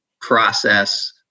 process